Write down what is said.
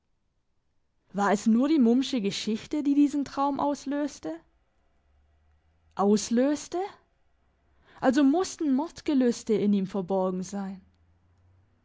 war es nur die mummsche geschichte die diesen traum auslöste auslöste also mussten mordgelüste in ihm verborgen sein